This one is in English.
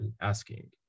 asking